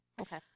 Okay